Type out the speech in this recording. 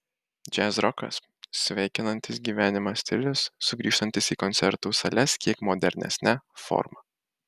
džiazrokas sveikinantis gyvenimą stilius sugrįžtantis į koncertų sales kiek modernesne forma